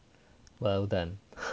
well done